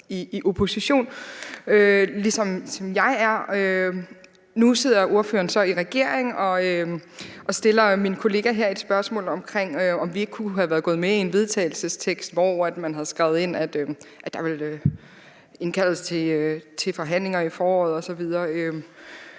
ligesom jeg er. Nu sidder ordføreren så i regering og stiller min kollega her et spørgsmål om, om vi ikke kunne have været med til en vedtagelsestekst, hvor man har skrevet ind, at der vil blive indkaldt til forhandlinger i foråret osv.